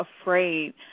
afraid